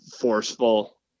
forceful